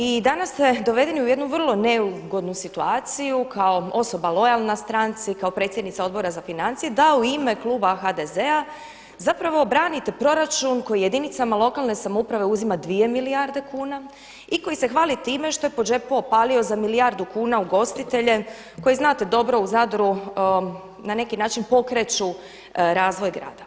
I danas ste dovedeni u jednu vrlo neugodnu situaciju kao osoba lojalna stranci, kao predsjednica Odbora za financije da u ime Kluba HDZ-a zapravo branite proračun koji jedinicama lokalne samouprave uzima 2 milijarde kuna i koji se hvali time što je po džepu opalio za milijardu kuna ugostitelje koji znate dobro u Zadru na neki način pokreću razvoj grada.